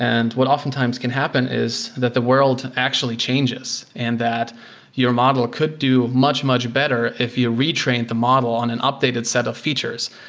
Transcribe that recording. and what oftentimes can happen is that the world actually changes and that your model could do much, much better if you retrain the model in an updated set of features.